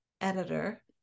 editor